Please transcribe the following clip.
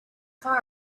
far